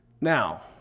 Now